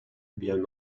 bien